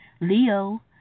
Leo